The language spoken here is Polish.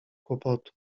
kłopotu